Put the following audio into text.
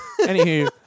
Anywho